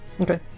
Okay